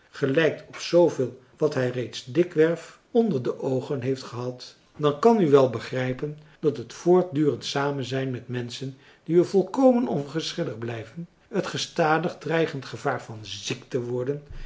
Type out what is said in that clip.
gelijkt op zooveel wat hij reeds dikwerf onder de oogen heeft gehad dan kan u wel begrijpen dat het voortdurend samenzijn met menschen die u volkomen onverschillig blijven het gestadig dreigend gevaar van ziek te worden